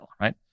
right